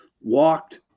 walked